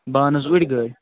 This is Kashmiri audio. بہٕ اَنہٕ حظ اوٗڈۍ گٲڑ